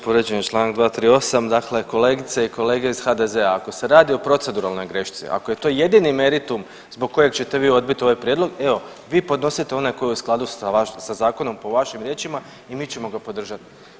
Povrijeđen je čl. 238., dakle kolegice i kolege iz HDZ-a ako se radi o proceduralnoj grešci, ako je to jedini meritum zbog kojeg ćete vi odbit ovaj prijedlog evo vi podnosite onaj koji je u skladu sa zakonom po vašim riječima i mi ćemo ga podržat.